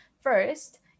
first